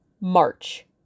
march